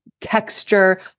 texture